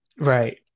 Right